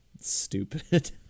stupid